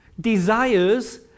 desires